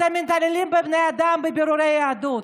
אתם מתעללים בבני אדם בבירורי יהדות,